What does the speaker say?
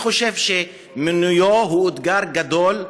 אני חושב שמינויו הוא אתגר גדול,